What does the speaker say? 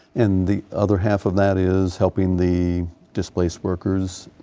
and the other half of that is helping the displaced workers.